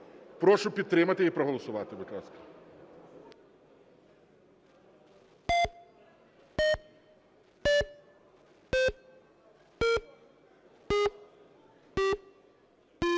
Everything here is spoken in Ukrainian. Прошу підтримати і проголосувати, будь ласка.